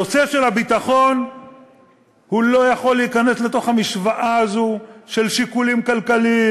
הנושא של הביטחון לא יכול להיכנס לתוך המשוואה הזו של שיקולים כלכליים,